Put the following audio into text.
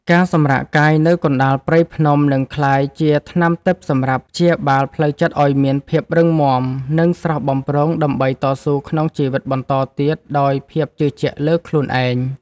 ការសម្រាកកាយនៅកណ្ដាលព្រៃភ្នំនឹងក្លាយជាថ្នាំទិព្វសម្រាប់ព្យាបាលផ្លូវចិត្តឱ្យមានភាពរឹងមាំ និង ស្រស់បំព្រងដើម្បីតស៊ូក្នុងជីវិតបន្តទៀតដោយភាពជឿជាក់លើខ្លួនឯង។